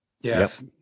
yes